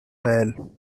well